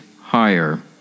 higher